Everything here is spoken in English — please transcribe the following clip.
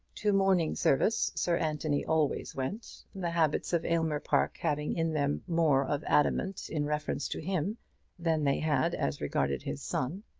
to morning service sir anthony always went, the habits of aylmer park having in them more of adamant in reference to him than they had as regarded his son.